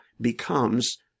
becomes